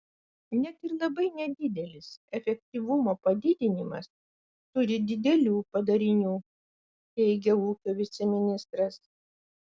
net ir labai nedidelis efektyvumo padidinimas turi didelių padarinių teigė ūkio viceministras